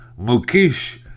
Mukesh